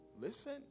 listen